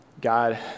God